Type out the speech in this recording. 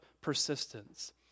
persistence